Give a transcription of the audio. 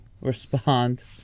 respond